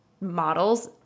models